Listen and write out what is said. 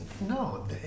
no